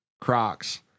Crocs